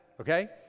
okay